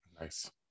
Nice